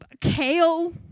Kale